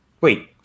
Wait